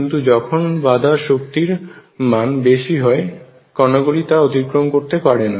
কিন্তু যখন বাধার শক্তির উচ্চতার মান বেশি হয় কণাগুলি তা অতিক্রম করতে পারে না